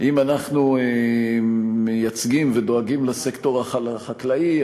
אם אנחנו מייצגים ודואגים לסקטור החקלאי,